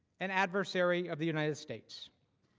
an adversary of the united states.